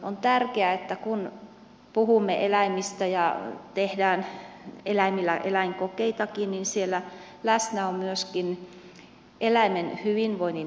on tärkeää että kun puhumme eläimistä ja tehdään eläimillä eläinkokeitakin niin siellä läsnä on myöskin eläimen hyvinvoinnin näkökulma